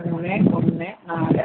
മൂന്ന് ഒന്ന് നാല്